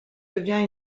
devient